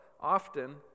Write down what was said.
often